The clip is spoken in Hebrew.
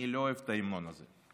אני לא אוהב את ההמנון הזה.